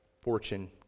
fortune